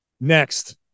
next